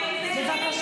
דיבר.